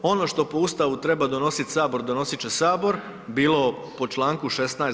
Ono što po Ustavu treba donosit sabor donosit će sabor bilo po čl. 16.